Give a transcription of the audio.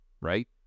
right